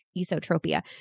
esotropia